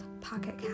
Pocket